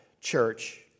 church